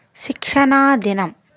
శిక్షణ దినం